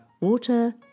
water